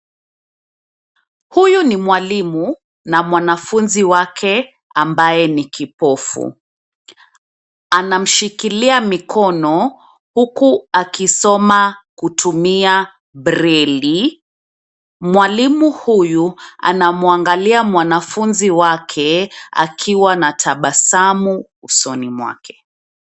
Huyu ni mwalimu na mwanafunzi wake ambaye ni kipofu. Anamshikilia mikono huku akisoma kutumia breli. Mwalimu huyu anamwangalia mwanafunzi wake akiwa na tabasamu usoni mwake.